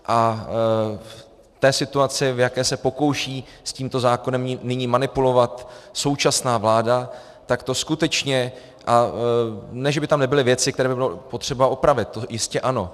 A v té situaci, v jaké se pokouší s tímto zákonem nyní manipulovat současná vláda, tak to skutečně a ne že by tam nebyly věci, které by bylo potřeba opravit, to jistě ano.